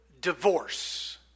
divorce